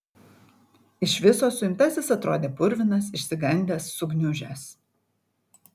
iš viso suimtasis atrodė purvinas išsigandęs sugniužęs